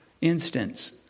Instance